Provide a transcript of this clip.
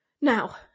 Now